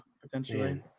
potentially